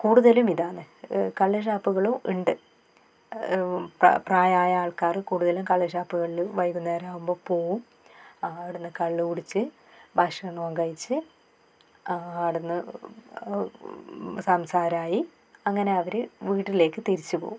കൂടുതലും ഇതാന്ന് കള്ളുഷാപ്പുകളും ഉണ്ട് പാ പ്രായമായ ആൾക്കാർ കൂടുതലും കള്ളുഷാപ്പുകളിൽ വൈകുന്നേരം ആകുമ്പോൾ പോവും അവിടുന്ന് കള്ളുകുടിച്ച് ഭക്ഷണവും കഴിച്ച് അവിടുന്ന് സംസാരായി അങ്ങനെ അവർ വീട്ടിലേക്ക് തിരിച്ചു പോവും